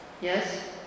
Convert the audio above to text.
Yes